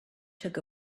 took